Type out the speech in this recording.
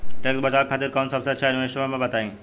Tax बचावे खातिर कऊन सबसे अच्छा इन्वेस्टमेंट बा बताई?